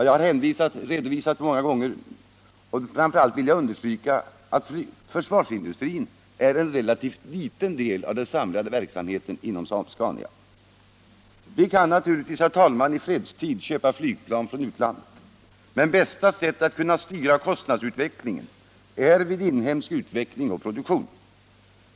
Jag vill då framför allt understryka, som jag gjort många gånger, att försvarsindustrin är en relativt liten del av verksamheten inom Saab Scania. Vi kan naturligtvis, herr talman, i fredstid köpa flygplan från utlandet. Men de bästa möjligheterna att styra kostnadsutvecklingen har vi vid inhemsk utveckling och produktion.